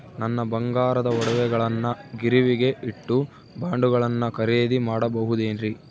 ನನ್ನ ಬಂಗಾರದ ಒಡವೆಗಳನ್ನ ಗಿರಿವಿಗೆ ಇಟ್ಟು ಬಾಂಡುಗಳನ್ನ ಖರೇದಿ ಮಾಡಬಹುದೇನ್ರಿ?